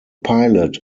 pilot